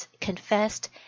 confessed